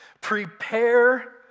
Prepare